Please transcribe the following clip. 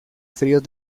fríos